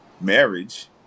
marriage